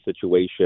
situation